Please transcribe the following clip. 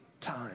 time